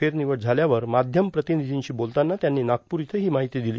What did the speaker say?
फेरनिवड झल्यावर माध्यमप्रतिनिधींशी बोलताना त्यांनी नागपूर इथं ही माहिती दिली